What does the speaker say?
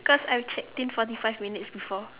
cause I've checked in forty five minutes before